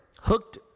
Hooked